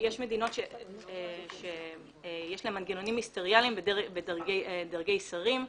יש מדינות שיש להן מנגנונים מיניסטריאליים בדרגי שרים.